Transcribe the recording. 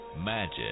Magic